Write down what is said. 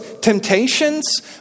temptations